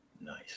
nice